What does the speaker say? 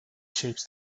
shapes